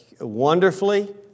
wonderfully